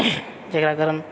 जकरा कारण